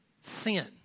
Sin